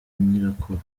nyirakuru